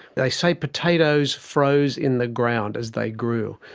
they say potatoes froze in the ground as they grew.